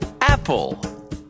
apple